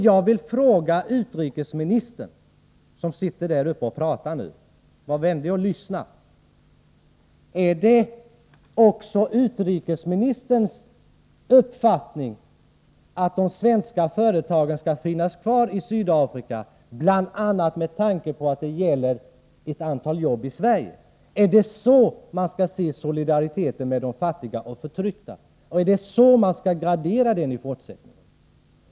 Jag vill be utrikesministern, som just nu sitter och pratar, var vänlig och lyssna: Är det också utrikesministerns uppfattning att de svenska företagen skall finnas kvar i Sydafrika bl.a. med tanke på att det gäller ett antal arbeten i Sverige? Är det så man skall se på solidariteten med de fattiga och de förtryckta, och är det så man skall gradera den i fortsättningen?